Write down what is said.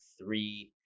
three